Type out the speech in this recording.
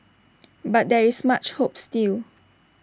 but there is much hope still